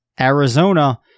Arizona